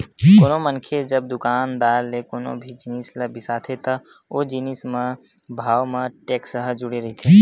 कोनो मनखे जब दुकानदार ले कोनो भी जिनिस ल बिसाथे त ओ जिनिस म भाव म टेक्स ह जुड़े रहिथे